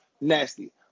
nasty